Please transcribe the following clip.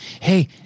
Hey